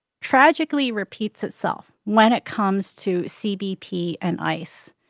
tragically repeats itself when it comes to cbp and ice.